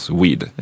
weed